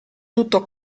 tutto